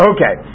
Okay